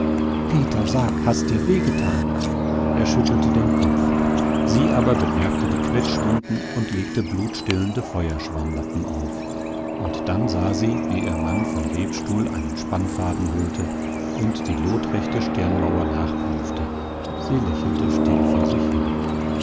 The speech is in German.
peter sag hast dir weh getan er schüttelte den kopf sie aber bemerkte die quetschwunden und legte blutstillende feuerschwammlappen auf und dann sah sie wie ihr mann vom webstuhl einen spannfaden holte und die lotrechte stirnmauer nachprüfte sie lächelte still vor sich hin